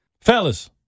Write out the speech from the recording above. Fellas